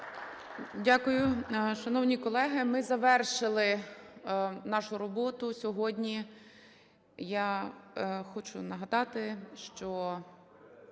Дякую. Шановні колеги, ми завершили нашу роботу сьогодні. Я хочу нагадати, що